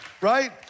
right